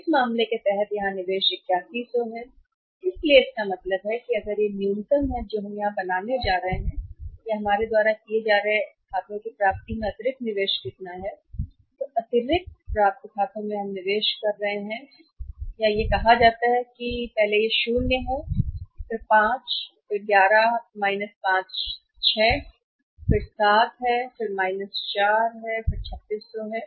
इस मामले के तहत यहां निवेश 8100 है इसलिए इसका मतलब है कि अगर यह न्यूनतम है जो हम यहां बनाने जा रहे हैं हमारे द्वारा किए जा रहे खातों की प्राप्ति में अतिरिक्त निवेश कितना है अतिरिक्त प्राप्य खातों में निवेश हम कर रहे हैं और यह कहा जाता है 00 और फिर 5 11 5 6 है और फिर 7 है 4 3600 है